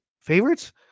favorites